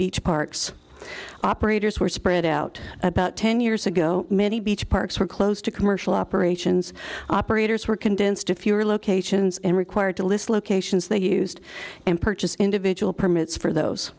beach parks operators were spread out about ten years ago many beach parks were closed to commercial operations operators were condensed to fewer locations and required to list locations they used and purchased individual permits for those